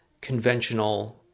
conventional